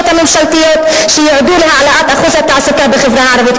הממשלתיות שיועדו להעלאת אחוז התעסוקה בחברה הערבית.